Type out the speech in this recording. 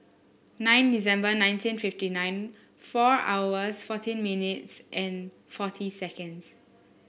nine December nineteen fifty nine four hours fourteen minutes and forty seconds